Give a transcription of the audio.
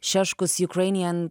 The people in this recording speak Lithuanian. šeškus jukrainijen